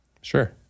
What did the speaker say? Sure